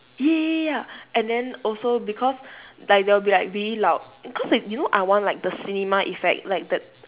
ya ya ya and then also because like there will be like really loud cause like you know I want like the cinema effect like the